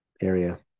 area